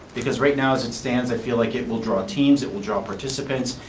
because right now, as it stands, i feel like it will draw teams, it will draw participants,